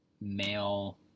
male